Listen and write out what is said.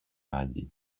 άλλη